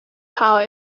power